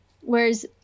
Whereas